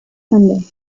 sunday